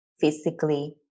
physically